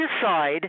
decide